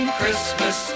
Christmas